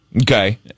Okay